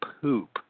poop